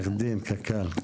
קק"ל,